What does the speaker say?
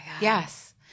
Yes